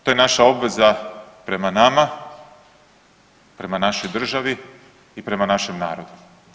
To je naša obveza prema nama, prema našoj državi i prema našem narodu.